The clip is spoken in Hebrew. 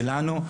הצד שלנו,